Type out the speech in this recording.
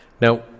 Now